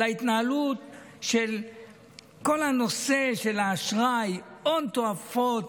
על ההתנהלות של כל הנושא של האשראי: הון תועפות,